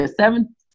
seven